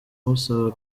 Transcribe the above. umusaba